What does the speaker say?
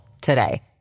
today